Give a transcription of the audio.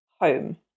home